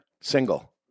single